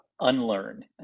unlearn